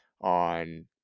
on